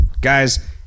Guys